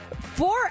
four